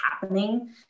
happening